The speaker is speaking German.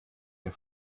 der